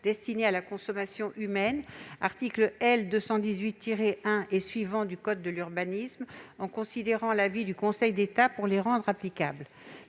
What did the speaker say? destinées à la consommation humaine- il s'agit de l'article L. 218-1 et suivants du code de l'urbanisme -, en considérant l'avis du Conseil d'État pour les rendre applicables.